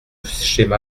schéma